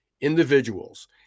individuals